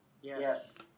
Yes